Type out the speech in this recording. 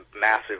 massive